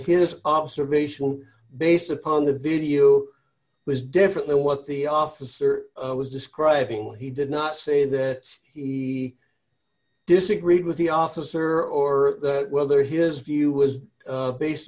his observation based upon the video was different than what the officer was describing what he did not say that he disagreed with the officer or whether his view was based